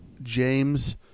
James